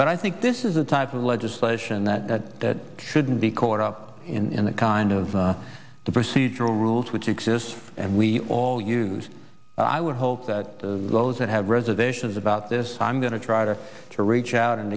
but i think this is a type of legislation that shouldn't be caught up in the kind of the procedural rules which exist and we all use i would hope that those that have reservations about this i'm going to try to to reach out and